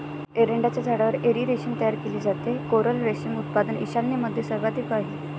एरंडाच्या झाडावर एरी रेशीम तयार केले जाते, कोरल रेशीम उत्पादन ईशान्येमध्ये सर्वाधिक आहे